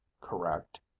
correct